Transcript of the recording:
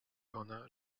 ona